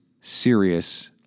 serious